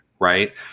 right